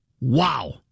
Wow